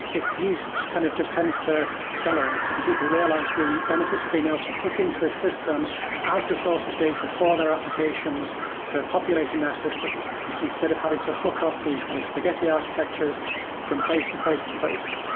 it's used to kind of just tends to accelerate and people realize the benefits of being ah able to hook in to the system as the source of data for their applications for populating their systems instead of having to hook up these kind of spaghetti architectures from place to place to place.